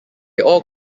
all